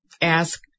ask